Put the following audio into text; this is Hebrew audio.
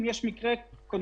אם יש מקרה כזה,